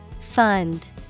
Fund